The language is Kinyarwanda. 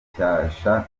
icyasha